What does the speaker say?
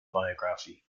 biography